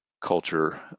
culture